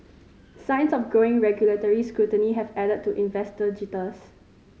signs of growing regulatory scrutiny have added to investor jitters